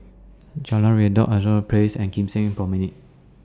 Jalan Redop Place and Kim Seng Promenade